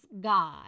God